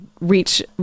reach